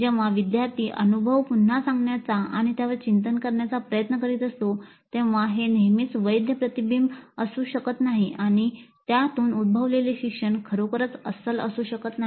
जेव्हा विद्यार्थी अनुभव पुन्हा सांगण्याचा आणि त्यावर चिंतन करण्याचा प्रयत्न करीत असतो तेव्हा हे नेहमीच वैध प्रतिबिंब असू शकत नाही आणि त्यातून उद्भवलेले शिक्षण खरोखरच अस्सल असू शकत नाही